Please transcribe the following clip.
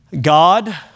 God